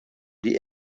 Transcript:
die